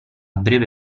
breve